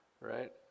Right